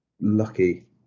lucky